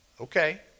Okay